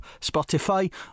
Spotify